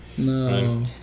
No